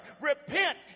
Repent